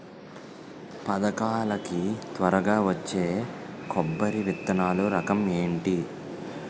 పథకాల కి త్వరగా వచ్చే కొబ్బరి విత్తనాలు రకం ఏంటి?